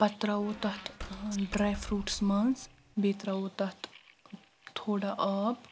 پتہٕ ترٛاوو تتھ ڈراے فروٗٹس منٛز بیٚیہِ ترٛاوو تتھ تھوڑا آب